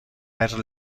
per